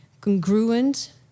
congruent